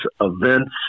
events